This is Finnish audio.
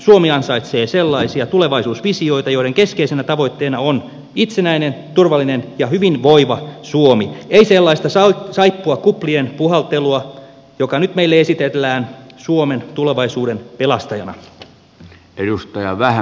suomi ansaitsee sellaisia tulevaisuusvisioita joiden keskeisenä tavoitteena on itsenäinen turvallinen ja hyvinvoiva suomi ei sellaista saippuakuplien puhaltelua joka nyt meille esitellään suomen tulevaisuuden pelastajana